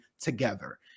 together